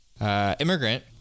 immigrant